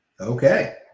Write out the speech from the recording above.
Okay